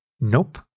Nope